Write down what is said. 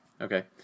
okay